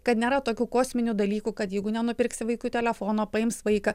kad nėra tokių kosminių dalykų kad jeigu nenupirksi vaikui telefono paims vaiką